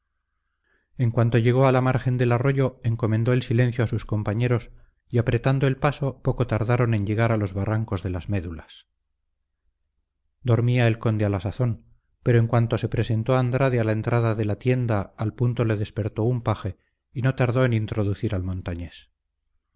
en cuanto llegó a la margen del arroyo encomendó el silencio a sus compañeros y apretando el paso poco tardaron en llegar a los barrancos de las médulas dormía el conde a la sazón pero en cuanto se presentó andrade a la entrada de la tienda al punto le despertó un paje y no tardó en introducir al montañés